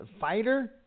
fighter